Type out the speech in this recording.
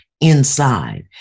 inside